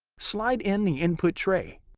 slide in the input tray.